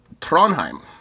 Trondheim